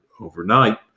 overnight